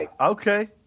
Okay